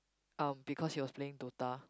um because he was playing Dota